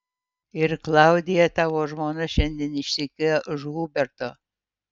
ir klaudija tavo žmona šiandien ištekėjo už huberto